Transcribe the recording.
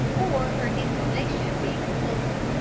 or her inclination being consulted.